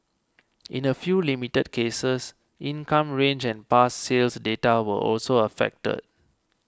in a few limited cases income range and past sales data were also affected